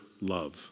love